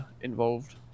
involved